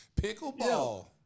Pickleball